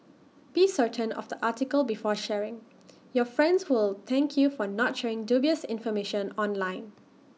be certain of the article before sharing your friends will thank you for not sharing dubious information online